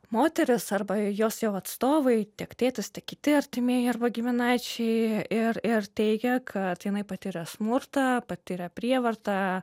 moteris arba jos jau atstovai tiek tėtis tiek kiti artimieji arba giminaičiai ir ir teigė kad jinai patiria smurtą patiria prievartą